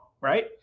Right